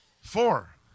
four